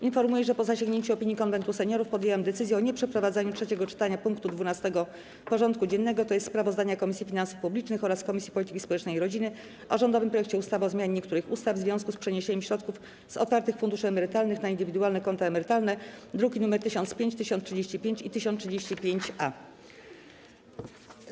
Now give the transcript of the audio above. Informuję, że po zasięgnięciu opinii Konwentu Seniorów podjęłam decyzję o nieprzeprowadzaniu trzeciego czytania punktu 12. porządku dziennego, tj. sprawozdania Komisji Finansów Publicznych oraz Komisji Polityki Społecznej i Rodziny o rządowym projekcie ustawy o zmianie niektórych ustaw w związku z przeniesieniem środków z otwartych funduszy emerytalnych na indywidualne konta emerytalne, druki nr 1005, 1035 i 1035-A.